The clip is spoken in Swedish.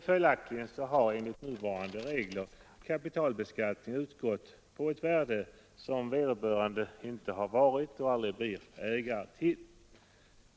Följaktligen har enligt nuvarande regler kapitalbeskattningen utgått på ett värde som vederbörande inte har varit och aldrig blir ägare till.